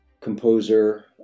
composer